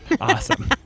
Awesome